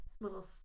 Little